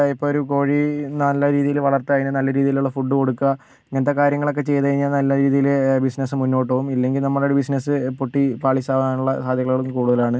ഇപ്പമൊരു കോഴി നല്ല രീതിയിൽ വളർത്തി അതിന് നല്ല രീതീലുള്ള ഫുഡ് കൊടുക്കുക ഇങ്ങനത്തെ കാര്യങ്ങളൊക്കെ ചെയ്തത് കഴിഞ്ഞാൽ നല്ല രീതിയിൽ ബിസിനെസ്സ് മുന്നോട്ട് പോകും ഇല്ലെങ്കിൽ നമ്മുടെ ബിസിനെസ്സ് പൊട്ടി പാളിസ്സാകാനുള്ള സാധ്യതകളും കൂടുതലാണ്